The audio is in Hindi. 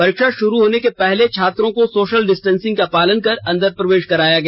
परीक्षा शुरू होने के पहले छात्रों को सोशल डिस्टेंसिंग का पालन कर अंदर प्रवेश कराया गया